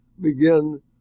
begin